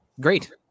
great